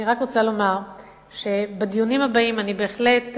אני רק רוצה לומר שבדיונים הבאים אני בהחלט,